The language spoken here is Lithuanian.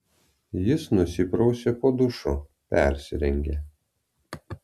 jis nusiprausė po dušu persirengė